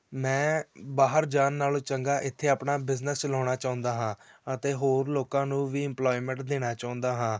ਮੈਂ ਬਾਹਰ ਜਾਣ ਨਾਲੋਂ ਚੰਗਾ ਇੱਥੇ ਆਪਣਾ ਬਿਜ਼ਨਸ ਚਲਾਉਣਾ ਚਾਹੁੰਦਾ ਹਾਂ ਅਤੇ ਹੋਰ ਲੋਕਾਂ ਨੂੰ ਵੀ ਇਮਪਲੋਇਮੈਂਟ ਦੇਣਾ ਚਾਹੁੰਦਾ ਹਾਂ